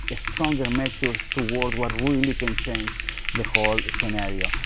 ah, stronger measures toward what really can change the whole scenario.